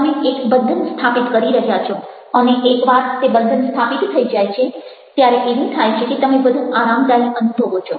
તમે એક બંધન સ્થાપિત કરી રહ્યા છો અને એક વાર તે બંધન સ્થપિત થઈ જાય છે ત્યારે એવું થાય છે કે તમે વધુ આરામદાયી અનુભવો છો